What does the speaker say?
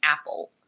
apple